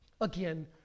Again